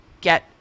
get